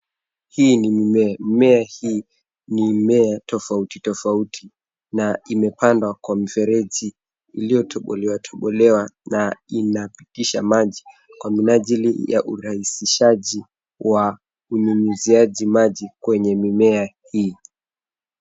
Hii ni mimea. Mimea hii ni mmea tofauti tofauti na imepandwa kwa mfereji iliyo tobolewa tobolewa na inapitisha maji kwa minajili ya urahihishaji wa unyunyiziaji maji kwenye mimea hii.